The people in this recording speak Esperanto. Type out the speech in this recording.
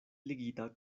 ligita